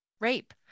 rape